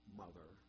mother